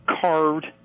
carved